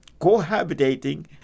cohabitating